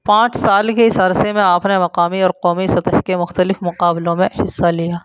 پانچ سال کے اس عرصے میں آپ نے مقامی اور قومی سطح کے مختلف مقابلوں میں حصہ لیا